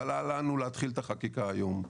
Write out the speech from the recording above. אבל אל לנו להתחיל את החקיקה היום.